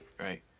Right